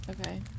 Okay